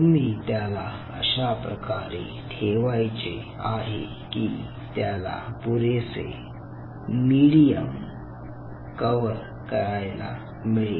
तुम्ही त्याला अशाप्रकारे ठेवायचे आहे की त्याला पुरेसे मिडीयम कव्हर करायला मिळेल